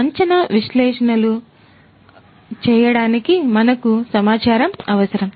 అంచనా విశ్లేషణలు చేయడానికి మనకు సమాచారం అవసరం